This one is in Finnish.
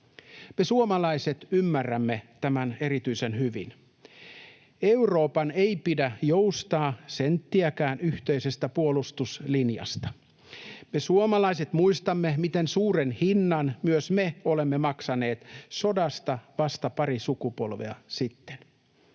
Me suomalaiset ymmärrämme tämän erityisen hyvin. Euroopan ei pidä joustaa senttiäkään yhteisestä puolustuslinjasta. Me suomalaiset muistamme, miten suuren hinnan myös me olemme maksaneet sodasta vasta pari sukupolvea sitten.